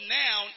now